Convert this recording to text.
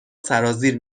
سرازیر